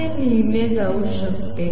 असे लिहिले जाऊ शकते